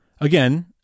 again